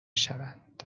شوند